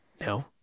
no